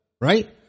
right